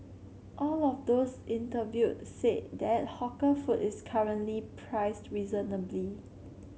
all of those interviewed said that hawker food is currently priced reasonably